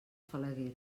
falaguera